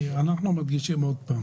אנחנו מדגישים עוד פעם,